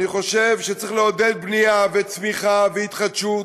אני חושב שצריך לעודד בנייה וצמיחה והתחדשות,